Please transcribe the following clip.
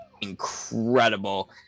incredible